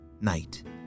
night